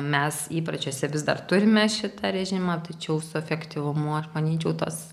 mes įpročiuose vis dar turime šitą režimą tačiau su efektyvumu aš manyčiau tas